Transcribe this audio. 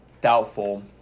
doubtful